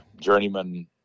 journeyman